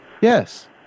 Yes